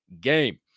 game